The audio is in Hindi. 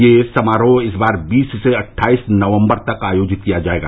यह समारोह इस बार बीस से अट्ठाईस नवम्बर तक आयोजित किया जायेगा